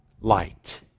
Light